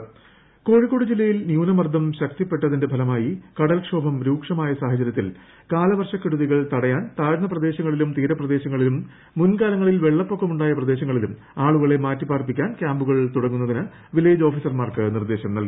കോഴിക്കോട് ന്യൂനമർദ്ദം കോഴിക്കോട് ജില്ലയിൽ ന്യൂനമർദ്ദം ശക്തിപ്പെട്ടതിന്റെ ഫലമായി കടൽക്ഷോഭം രൂക്ഷമായ സാഹചര്യത്തിൽ കാലവർഷക്കെടുതികൾ തടയാൻ താഴ്ന്ന പ്രദേശങ്ങളിലും തീരപ്രദേശങ്ങളിലും മുൻകാലങ്ങളിൽ വെള്ളപ്പൊക്കമുണ്ടായ പ്രദേശങ്ങളിലും ആളുകളെ മാറ്റിപാർപ്പിക്കാൻ ക്യാമ്പുകൾ തുടങ്ങുന്നതിന് വില്ലേജ് ഓഫീസർമാർക്ക് നിർദ്ദേശം നൽകി